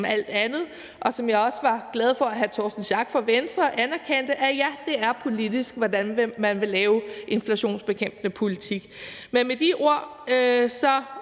alt andet, og jeg var også glad for, at hr. Torsten Schack Pedersen fra Venstre anerkendte, at det er politisk, hvordan man vil lave inflationsbekæmpende politik. Med de ord vil